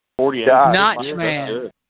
Notchman